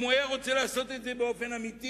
אם הוא היה רוצה לעשות את זה באופן אמיתי